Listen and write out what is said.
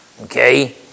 Okay